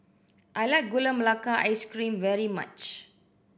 I like Gula Melaka Ice Cream very much